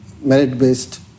merit-based